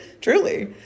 truly